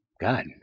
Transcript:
God